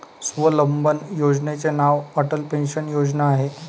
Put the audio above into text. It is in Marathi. स्वावलंबन योजनेचे नाव अटल पेन्शन योजना आहे